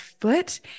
foot